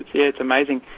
it's amazing.